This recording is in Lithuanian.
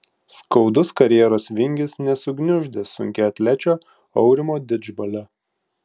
skaudus karjeros vingis nesugniuždė sunkiaatlečio aurimo didžbalio